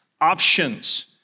options